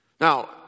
Now